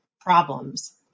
problems